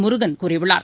முருகன் கூறியுள்ளார்